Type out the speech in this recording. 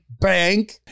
Bank